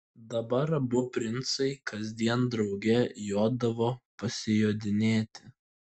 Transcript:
dabar abu princai kasdien drauge jodavo pasijodinėti